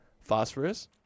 phosphorus